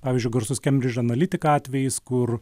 pavyzdžiui garsus kembridžo analitika atvejis kur